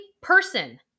person